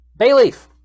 Bayleaf